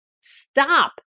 stop